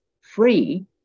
free